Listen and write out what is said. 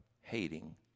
hating